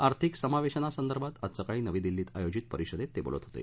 आर्थिक समावेशनासंदर्भात आज सकाळी नवी दिल्लीत आयोजित परिषदेत ते बोलत होते